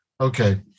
Okay